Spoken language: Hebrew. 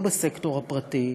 לא בסקטור הפרטי,